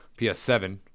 PS7